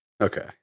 okay